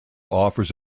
offers